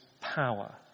power